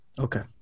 okay